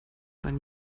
waren